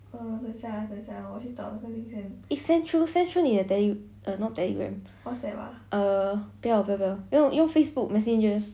eh send through send through 你的 tele~ not telegram err 不要不要不要用用 facebook messengers